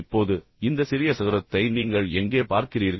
இப்போது இந்த சிறிய சதுரத்தை நீங்கள் எங்கே பார்க்கிறீர்கள்